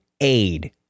aid